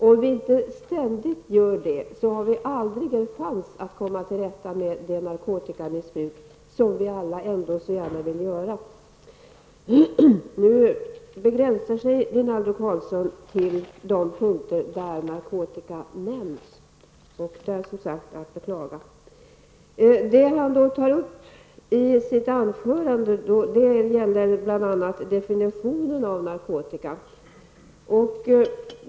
Om vi inte ständigt gör detta, har vi aldrig en chans att komma till rätta med narkotikamissbruket, något som vi alla så gärna vill göra. Nu begränsar sig Renaldo Karlsson till att tala om de punkter där narkotika nämns, och det är att beklaga. Det han tar upp i sitt anförande gäller bl.a. definitionen av begreppet narkotika.